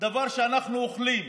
דבר שאנחנו אוכלים,